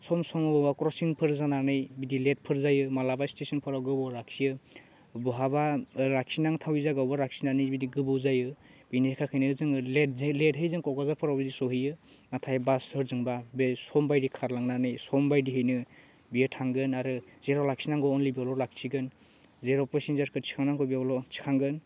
सम सम अबावबा क्रसिंफोर जानानै बिदि लेटफोर जायो मालाबा स्टेसनफोराव गोबाव लाखियो बहाबा लाखि नांथावै जागायावबो लाखिनानै बिदि गोबाव जायो बिनि थाखायनो जोङो लेट जे लेटहै जोङो क'क्राझार फोराव बिदि सहैयो नाथाय बासफोरजोंबा बे समबादि खारलांनानै सम बादिहैनो बेयो थांगोन आरो जेराव लाखिनांगौ अनलि बेयावल' लाखिगोन जेराव पेसिनजारखौ थिखांनांगौ बेयावल' थिखांगोन